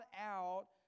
out